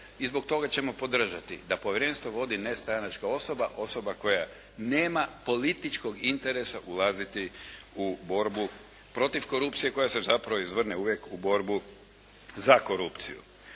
i zbog toga ćemo podržati da povjerenstvo vodi nestranačka osoba, osoba koja nema političkog interesa ulaziti u borbu protiv korupcije koja se zapravo izvrne uvijek u borbu za korupciju.